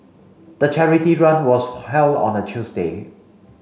the charity run was held on a Tuesday